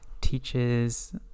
teaches